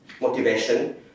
motivation